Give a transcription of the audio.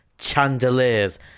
chandeliers